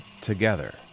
together